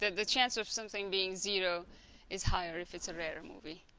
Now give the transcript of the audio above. the chance of something being zero is higher if it's a rarer movie